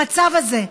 המצב הזה,